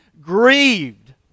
grieved